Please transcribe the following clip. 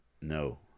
No